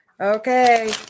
Okay